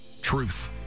truth